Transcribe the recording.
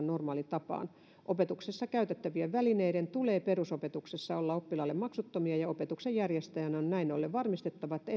normaalitapaan opetuksessa käytettävien välineiden tulee perusopetuksessa olla oppilaille maksuttomia ja opetuksen järjestäjän on näin ollen varmistettava että